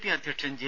P അധ്യക്ഷൻ J